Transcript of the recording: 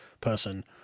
person